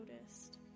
noticed